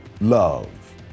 love